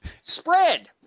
spread